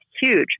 huge